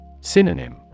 Synonym